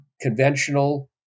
conventional